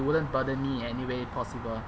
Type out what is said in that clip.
it wouldn't burden me anyway possible